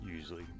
usually